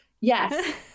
Yes